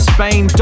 Spain